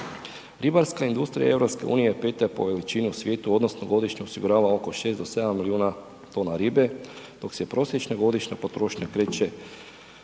Ribarska industrija EU-a je peta po veličini u svijetu odnosno godišnje osigurava oko 6 do 7 milijuna tona ribe dok se prosječna godišnja potrošnja kreće